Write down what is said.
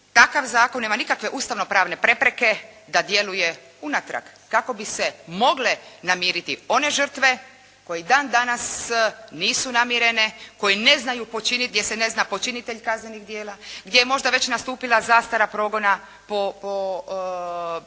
takav zakon nema nikakve ustavnopravne prepreke da djeluje unatrag kako bi se mogle namiriti one žrtve koje dan danas nisu namirene, gdje se ne zna počinitelj kaznenih djela, gdje je možda već nastupila zastara progona po